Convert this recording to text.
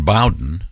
Bowden